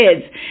kids